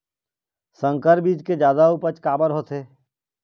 संकर बीज के जादा उपज काबर होथे?